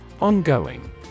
Ongoing